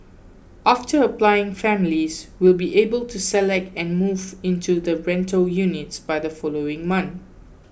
after applying families will be able to select and move into the rental units by the following month